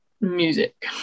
music